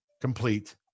complete